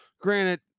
Granted